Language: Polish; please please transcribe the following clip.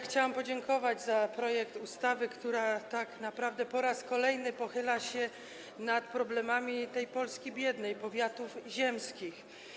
Chciałabym podziękować za projekt ustawy, która tak naprawdę po raz kolejny pochyla się nad problemami tej Polski biednej, powiatów ziemskich.